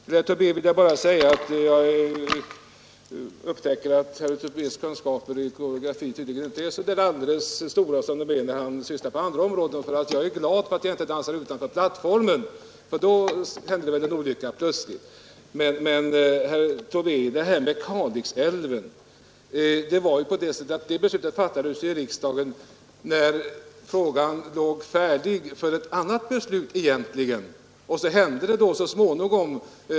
Till herr Tobé vill jag säga att hans kunskaper i koreografi tydligen inte är lika stora som de är på andra områden där han är verksam. Jag är glad att jag inte dansar utanför plattformen, ty då skulle det väl hända en olycka. Men, herr Tobé: beslutet om Kalix älv fattades i riksdagen efter att utskottet tagit sitt initiativ om nya övergångsregler.